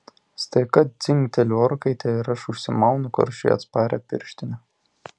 staiga dzingteli orkaitė ir aš užsimaunu karščiui atsparią pirštinę